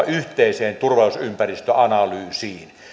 yhteiseen turvallisuusympäristöanalyysiin